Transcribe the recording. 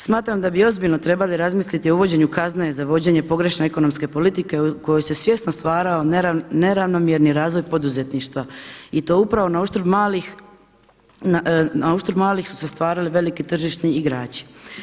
Smatram da bi ozbiljno trebali razmisliti o uvođenju kazne za vođenje pogrešne ekonomske politike u kojoj se svjesno stvarao neravnomjerni razvoj poduzetništva i to upravo na uštrb malih su se stvarali veliki tržišni igrači.